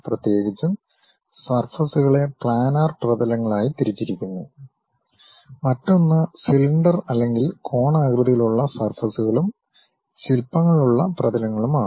പ്രത്യേകിച്ചും സർഫസ്കളെ പ്ലാനാർ പ്രതലങ്ങളായി തിരിച്ചിരിക്കുന്നു മറ്റൊന്ന് സിലിണ്ടർ അല്ലെങ്കിൽ കോണാകൃതിയിലുള്ള സർഫസ്കളും ശിൽപങ്ങളുള്ള പ്രതലങ്ങളുമാണ്